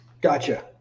Gotcha